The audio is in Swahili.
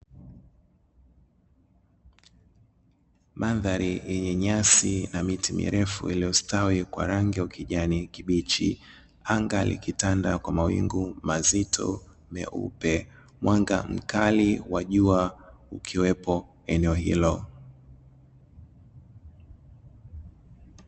Mandhari yenye nyasi na miti mirefu iliyostawi kwa rangi ya kijani kibichi, anga likitanda kwa mawingu mazito meupe, mwanga mkali wa jua ukiwepo eneo hilo.